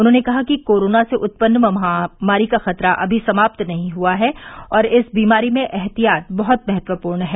उन्होंने कहा कि कोरोना से उत्पन्न महामारी का खतरा अभी समाप्त नहीं हुआ है और इस बीमारी में एहतियात बहुत महत्वपूर्ण है